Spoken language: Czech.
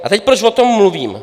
A teď, proč o tom mluvím.